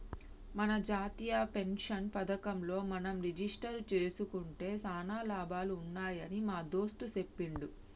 మన జాతీయ పెన్షన్ పథకంలో మనం రిజిస్టరు జేసుకుంటే సానా లాభాలు ఉన్నాయని మా దోస్త్ సెప్పిండు